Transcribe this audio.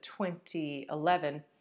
2011